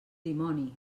dimoni